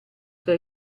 tra